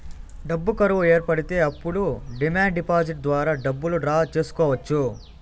డబ్బు కరువు ఏర్పడితే అప్పుడు డిమాండ్ డిపాజిట్ ద్వారా డబ్బులు డ్రా చేసుకోవచ్చు